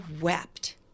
wept